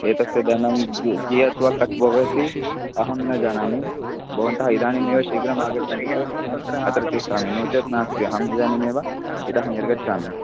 एतस्य धनं क् कियत् वा कट् भवति अहं न जानामि भवन्तः इदानीमेव शीघ्रम् आगच्छन्ति चेत् अहं अत्र तिष्टामि नो चेत् नास्ति अहम् इदानीमेव इतः निर्गच्छामि